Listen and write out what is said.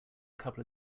couple